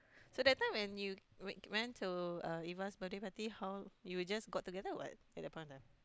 so that time when you went went to uh Eva's birthday party how you were just got together or what at that point of time